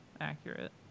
accurate